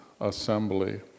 assembly